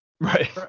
Right